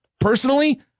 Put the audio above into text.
Personally